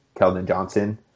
Keldon-Johnson